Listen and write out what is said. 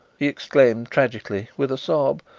he exclaimed tragically, with a sob,